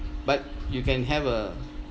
but you can have a